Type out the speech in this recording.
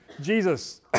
Jesus